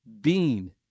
Bean